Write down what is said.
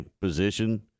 position